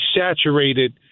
saturated